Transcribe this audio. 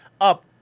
up